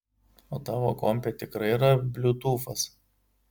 o tavo kompe tikrai yra bliutūfas